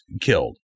killed